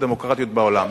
הדמוקרטיות בעולם.